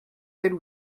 telle